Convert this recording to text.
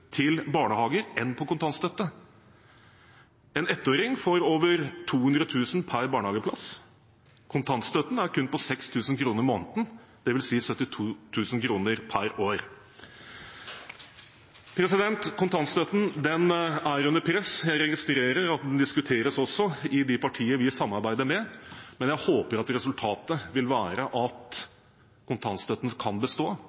til barnehager enn på kontantstøtte. En ettåring får over 200 000 kr per barnehageplass – kontantstøtten er på kun 6 000 kr i måneden, dvs. 72 000 kr per år. Kontantstøtten er under press. Jeg registrerer at det også diskuteres i de partiene vi samarbeider med, men jeg håper at resultatet vil være at kontantstøtten kan bestå